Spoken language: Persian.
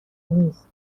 نیست